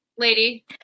lady